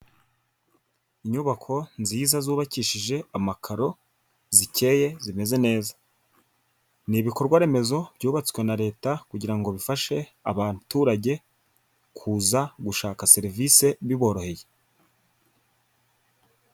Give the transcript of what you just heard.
Inyubako nziza zubakishije amakaro, zikeye, zimeze neza. Ni ibikorwaremezo byubatswe na leta, kugira ngo bifashe abaturage kuza gushaka serivise biboroheye.